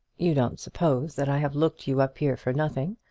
you don't suppose that i have looked you up here for nothing.